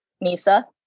NISA